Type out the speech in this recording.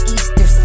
Easter